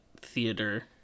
theater